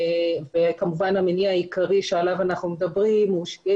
וכמובן המניע העיקרי שעליו אנחנו מדברים הוא שיהיה